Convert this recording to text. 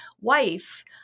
wife